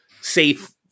Safe